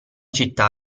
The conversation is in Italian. città